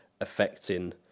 affecting